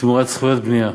תמורת זכויות בנייה,